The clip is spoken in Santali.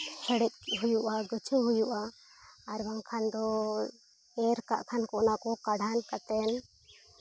ᱦᱮᱰᱮᱡ ᱦᱩᱭᱩᱜᱼᱟ ᱜᱩᱪᱷᱟᱹᱣ ᱦᱩᱭᱩᱜᱼᱟ ᱟᱨ ᱵᱟᱝᱠᱷᱟᱱ ᱫᱚ ᱮᱨᱻ ᱠᱟᱜ ᱠᱷᱟᱱ ᱠᱚ ᱚᱱᱟ ᱠᱚ ᱠᱟᱰᱷᱟᱱ ᱠᱟᱛᱮ